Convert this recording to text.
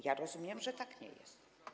Ja rozumiem, że tak nie jest.